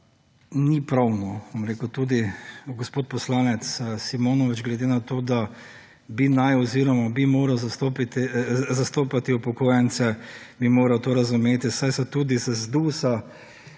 Ni prav, no, bom rekel, tudi… Gospod poslanec Simonovič, glede na to, da bi naj oziroma bi moral zastopati upokojence, bi moral to razumeti, saj so tudi z